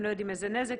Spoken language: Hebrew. הם לא יודעים איזה נזק,